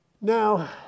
Now